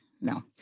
no